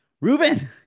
Ruben